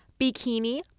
bikini